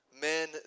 men